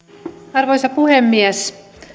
arvoisa puhemies